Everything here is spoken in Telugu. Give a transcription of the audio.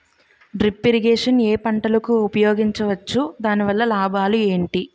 డ్రిప్ ఇరిగేషన్ ఏ పంటలకు ఉపయోగించవచ్చు? దాని వల్ల లాభాలు ఏంటి?